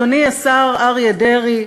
אדוני השר אריה דרעי,